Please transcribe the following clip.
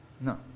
No